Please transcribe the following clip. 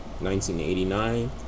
1989